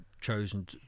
chosen